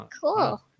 Cool